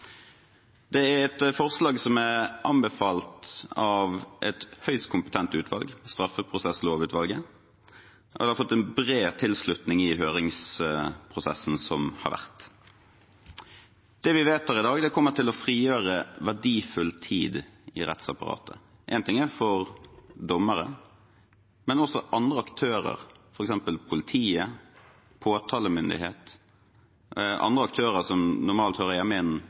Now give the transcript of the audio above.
Det er et forslag som er anbefalt av et høyst kompetent utvalg, straffeprosesslovutvalget, og det har fått bred tilslutning i høringsprosessen som har vært. Det vi vet per i dag, er at det kommer til å frigjøre verdifull tid i rettsapparatet – én ting er for dommere, men også for andre aktører, f.eks. politiet, påtalemyndigheten og andre aktører som normalt hører